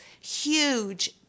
huge